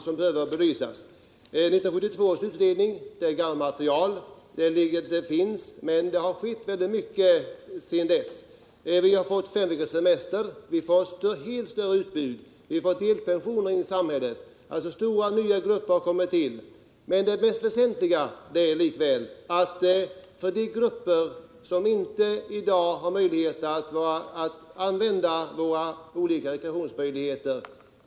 1972 års utredning gav material, men det har skett mycket sedan dess. Vi har fått fem veckors semester och vi har fått delpensioner. Det innebär att stora nya grupper kommit till. Men det mest väsentliga är likväl att det finns grupper som i dag inte har möjlighet att använda våra olika rekreationsmöjligheter.